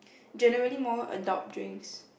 generally more adult drinks